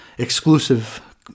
Exclusive